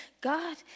God